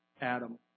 Adam